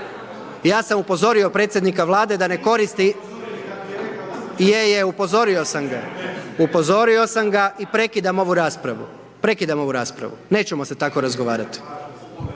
Ja sam upozorio predsjednika Vlade da ne koristi… je je upozorio sam ga, upozorio sam ga i prekidam ovu raspravu. prekidam ovu raspravu. Ne ćemo se tako razgovarati,